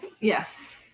Yes